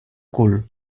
cul